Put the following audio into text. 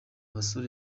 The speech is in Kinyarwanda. basore